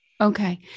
Okay